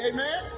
Amen